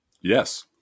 Yes